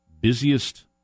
busiest